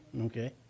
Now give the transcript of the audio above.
Okay